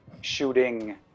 shooting